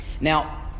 Now –